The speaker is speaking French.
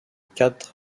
cadre